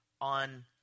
on